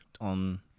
on